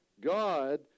God